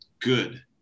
good